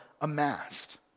amassed